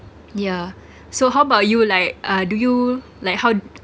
yeah so how about you like uh do you like how